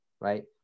right